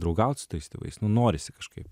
draugaut su tais tėvais nu norisi kažkaip